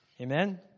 Amen